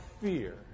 fear